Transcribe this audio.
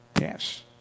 yes